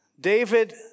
David